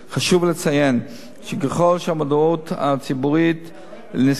חשוב לציין שככל שהמודעות הציבורית לנזקי